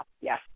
Yes